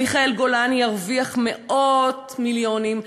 מיכאל גולן ירוויח מאות מיליונים,